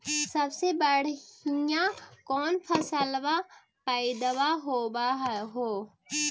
सबसे बढ़िया कौन फसलबा पइदबा होब हो?